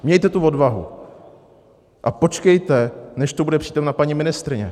Mějte tu odvahu a počkejte, než tu bude přítomna paní ministryně.